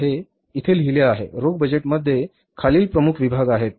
आता हे येथे लिहिले आहे रोख बजेटमध्ये खालील प्रमुख विभाग आहेत